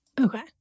Okay